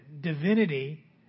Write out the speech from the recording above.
divinity